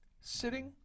sitting